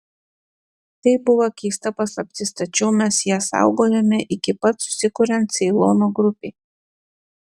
tai buvo keista paslaptis tačiau mes ją saugojome iki pat susikuriant ceilono grupei